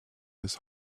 his